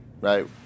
right